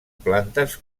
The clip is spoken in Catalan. plantes